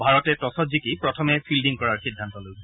ভাৰতে টছত জিকি প্ৰথমে ফিল্ডিং কৰাৰ সিদ্ধান্ত লৈছে